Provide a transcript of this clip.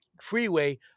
freeway